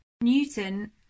Newton